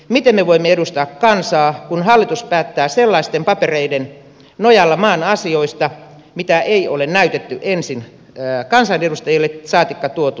miten me voimme edustaa kansaa kun hallitus päättää maan asioista sellaisten papereiden nojalla mitä ei ole näytetty ensin kansanedustajille saatikka tuotu tähän saliin